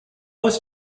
was